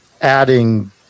adding